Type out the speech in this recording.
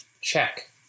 check